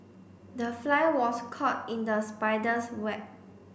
the fly was caught in the spider's web